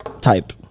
type